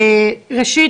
ראשית,